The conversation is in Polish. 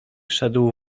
szedł